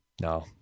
No